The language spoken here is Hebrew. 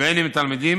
והן עם תלמידים,